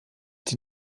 die